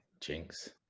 Jinx